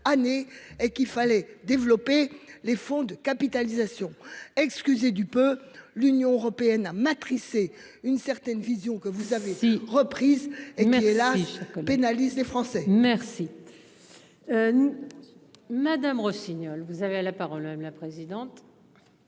et qu'il fallait développer les fonds de capitalisation, excusez du peu. L'Union européenne à matrice et une certaine vision que vous avez dit reprise et mais. On pénalise les Français. Merci. Madame Rossignol. Vous avez à la parole même la présidente.